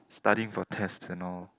studying for test and all